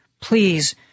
please